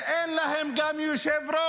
וגם אין להם יושב-ראש.